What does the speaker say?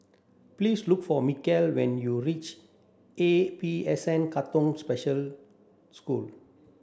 please look for Mikal when you reach A E S N Katong Special School